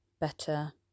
better